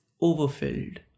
overfilled